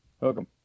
Welcome